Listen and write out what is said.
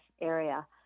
area